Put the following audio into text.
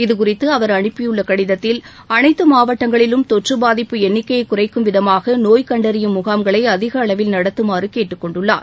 இதுகுறித்து அவர் அனுப்பியுள்ள கடிதத்தில் அனைத்து மாவட்டங்களிலும் தொற்று பாதிப்பு எண்ணிக்கையை குறைக்கும் விதமாக நோய்க் கண்டறியும் முகாம்களை அதிக அளவில் நடத்துமாறு கேட்டுக் கொண்டுள்ளார்